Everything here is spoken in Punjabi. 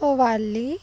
ਹੋਵਾਲੀ